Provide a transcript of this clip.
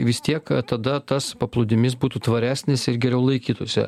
vis tiek tada tas paplūdimys būtų tvaresnis ir geriau laikytųsi